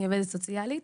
עובדת סוציאלית,